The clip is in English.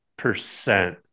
percent